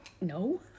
no